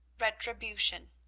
retribution.